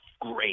great